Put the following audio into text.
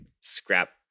scrap